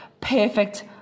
perfect